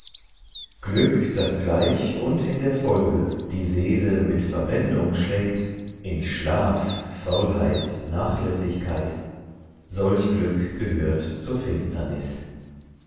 glück das gleich und in der folge die seele mit verblendung schlägt in schlaf faulheit nachlässigkeit solch glück gehört zur finsternis